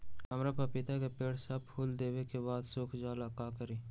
हमरा पतिता के पेड़ सब फुल देबे के बाद सुख जाले का करी?